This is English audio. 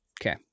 Okay